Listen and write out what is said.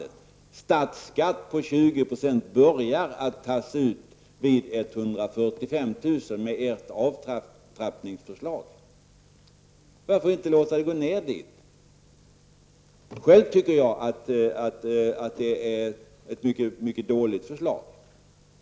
Statsskatt på 20 % börjar tas ut vid 145.000 med ert avtrappningsförslag. Själv tycker jag att det är ett mycket dåligt förslag.